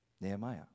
Nehemiah